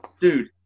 dude